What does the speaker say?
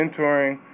mentoring